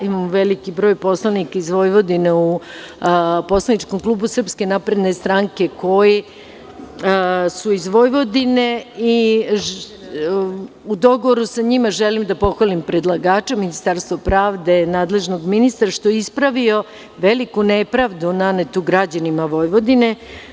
Imam veliki broj poslanika iz Vojvodine u poslaničkom klubu SNS koji su iz Vojvodine i u dogovoru sa njima želim da pohvalim predlagača, Ministarstvo pravde i nadležnog ministra što je ispravio veliku nepravdu nanetu građanima Vojvodine.